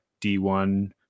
D1